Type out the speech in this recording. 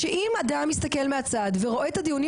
מפני שאם אדם מסתכל מהצד ורואה את הדיונים